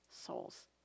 souls